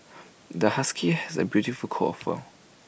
the husky has A beautiful coat of fur